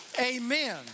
Amen